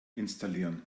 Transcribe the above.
installieren